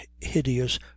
hideous